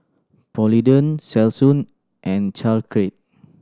Polident Selsun and Caltrate